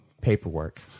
paperwork